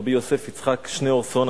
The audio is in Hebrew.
רבי יוסף יצחק שניאורסון,